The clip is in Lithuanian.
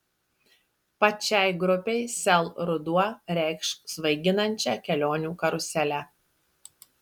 pačiai grupei sel ruduo reikš svaiginančią kelionių karuselę